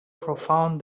profound